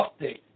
update